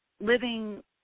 living